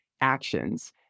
actions